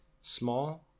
small